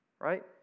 right